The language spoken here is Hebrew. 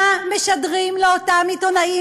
מה משדרים לאותם עיתונאים,